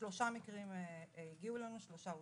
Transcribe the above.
שלושה מקרים הגיעו אלינו, שלושה אושרו.